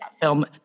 film